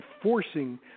enforcing